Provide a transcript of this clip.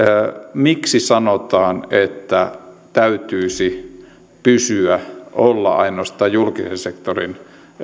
miksi sanotaan että täytyisi pysyä olla ainoastaan julkisen sektorin